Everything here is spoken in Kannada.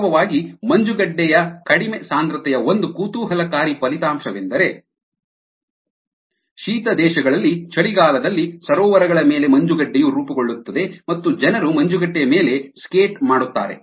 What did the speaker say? ವಾಸ್ತವವಾಗಿ ಮಂಜುಗಡ್ಡೆಯ ಕಡಿಮೆ ಸಾಂದ್ರತೆಯ ಒಂದು ಕುತೂಹಲಕಾರಿ ಫಲಿತಾಂಶವೆಂದರೆ ಶೀತ ದೇಶಗಳಲ್ಲಿ ಚಳಿಗಾಲದಲ್ಲಿ ಸರೋವರಗಳ ಮೇಲೆ ಮಂಜುಗಡ್ಡೆಯು ರೂಪುಗೊಳ್ಳುತ್ತದೆ ಮತ್ತು ಜನರು ಮಂಜುಗಡ್ಡೆಯ ಮೇಲೆ ಸ್ಕೇಟ್ ಮಾಡುತ್ತಾರೆ